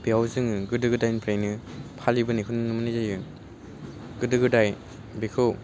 बेयाव जोङो गोदो गोदायनिफ्राइनो फालिबोनायखौ नुनो मोन्नाय जायो गोदो गोदाय बेखौ